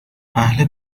اهل